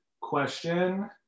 question